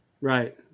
Right